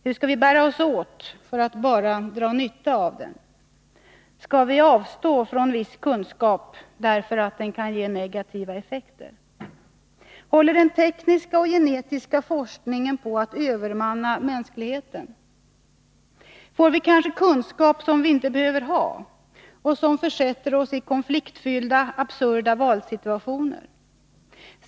Hur skall vi bära oss åt för att bara dra nytta av den? Skall vi avstå från viss kunskap därför att den kan ge negativa effekter? Håller den tekniska och genetiska forskningen på att övermanna mänskligheten? Får vi kanske kunskap som vi inte behöver ha och som försätter oss i konfliktfyllda, absurda valsituationer?